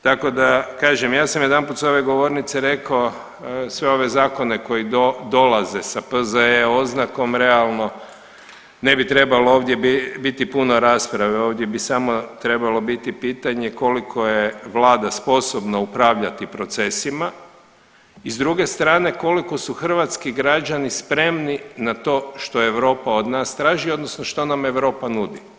Tako da kažem ja sam jedanput s ove govornice rekao sve ove zakone koji dolaze sa P.Z.E. oznakom realno ne bi trebalo ovdje biti puno rasprave, ovdje bi samo trebalo biti pitanje koliko je vlada sposobna upravljati procesima i s druge strane koliko su hrvatski građani spremni na to što Europa od nas traži odnosno što nam Europa nudi.